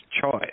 choice